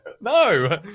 no